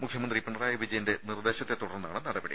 മുഖ്യമന്ത്രി പിണറായി വിജയന്റെ നിർദ്ദേശത്തെത്തുടർന്നാണ് നടപടി